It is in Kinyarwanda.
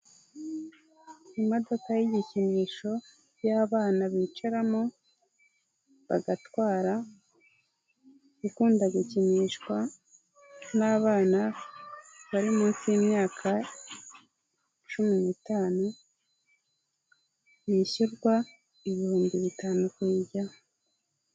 Imodoka y' igikinisho y'abana bicaramo bagatwara, ikunda gukinishwa n'abana bari munsi y'imyaka cumi n'itanu, hishyurwa ibihumbi bitanu kuyijyamo.